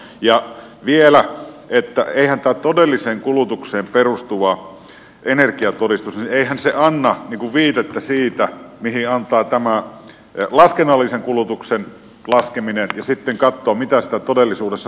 ja vielä että eihän todelliseen kulutukseen perustuva energiatodistus anna viitettä siitä mistä antaa tämä laskennallisen kulutuksen laskeminen eikä anna sitten katsoa miten energiaa todellisuudessa kuluu